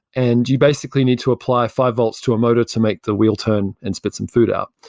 and you basically need to apply five volts to a motor to make the wheel turn and spit some food out.